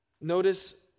Notice